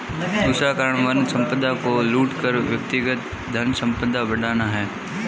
दूसरा कारण वन संपदा को लूट कर व्यक्तिगत धनसंपदा बढ़ाना है